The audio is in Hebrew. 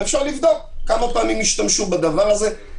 ואפשר לבדוק כמה פעמים השתמשו בדבר הזה.